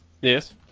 Yes